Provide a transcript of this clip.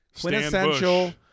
quintessential